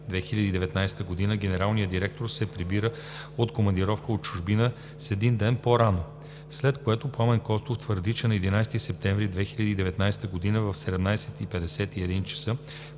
2019 г. генералният директор се прибира от командировка от чужбина с един ден по-рано, след което господин Пламен Костов твърди, че на 11 септември 2019 г. в 17,51 ч.